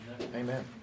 Amen